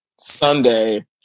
Sunday